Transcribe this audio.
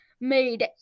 made